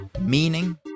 meaning